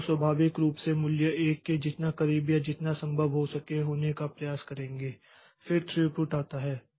तो स्वाभाविक रूप से मूल्य 1 के जितना करीब या जितना संभव हो सके होने का प्रयास करेंगे फिर थ्रूपुट आता है